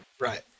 Right